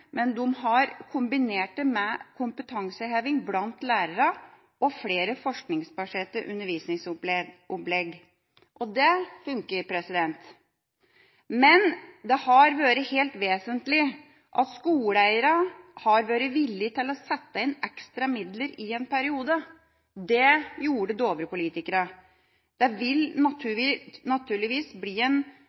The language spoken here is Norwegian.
men de har kombinert det med kompetanseheving blant lærerne og flere forskningsbaserte undervisningsopplegg. Det funker. Men det har vært helt vesentlig at skoleeierne har vært villige til å sette inn ekstra midler i en periode. Det gjorde Dovre-politikerne. Det vil naturligvis bli en